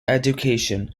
education